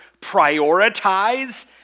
prioritize